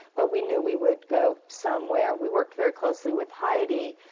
but we knew we would go somewhere. we worked very closely with heidi,